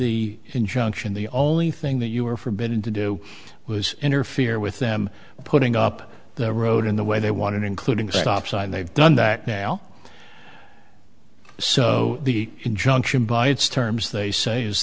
the injunction the only thing that you were forbidden to do was interfere with them putting up the road in the way they wanted including a stop sign they've done that now so the injunction by its terms they say is